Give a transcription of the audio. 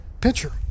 pitcher